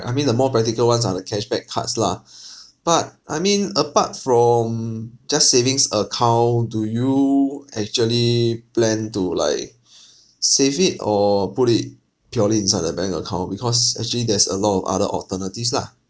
I mean the more practical ones are like cashback cards lah but I mean apart from just savings account do you actually plan to like save it or put it purely inside the bank account because actually there's a lot of other alternatives lah